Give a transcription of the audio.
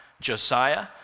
Josiah